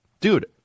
dude